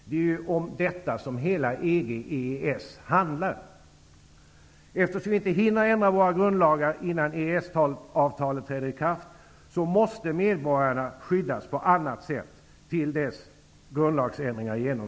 Det är ju om detta hela Eftersom vi inte hinner ändra våra grundlagar innan EES-avtalet träder i kraft, måste medborgarna skyddas på annat sätt, till dess grundlagsändringar har genomförts.